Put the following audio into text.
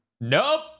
Nope